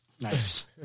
Nice